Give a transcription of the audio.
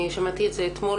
שמעתי את זה אתמול